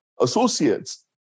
associates